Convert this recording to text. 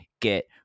get